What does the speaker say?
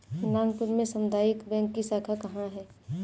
नागपुर में सामुदायिक बैंक की शाखा कहाँ है?